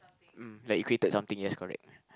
mm like you created something yes correct